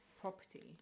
property